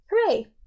Hooray